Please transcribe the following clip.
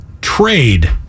trade